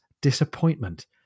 disappointment